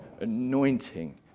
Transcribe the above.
anointing